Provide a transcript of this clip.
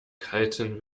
kalten